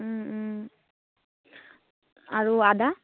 আৰু আদা